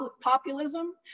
populism